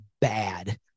bad